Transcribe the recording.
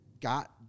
got